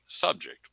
subject